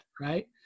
Right